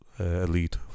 elite